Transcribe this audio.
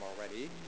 already